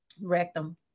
rectum